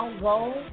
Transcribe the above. go